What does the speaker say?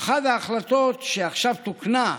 החלטה אחת שעכשיו תוקנה,